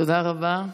תודה רבה.